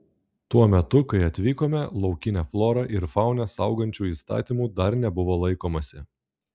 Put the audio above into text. tuo metu kai atvykome laukinę florą ir fauną saugančių įstatymų dar nebuvo laikomasi